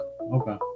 Okay